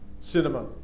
cinema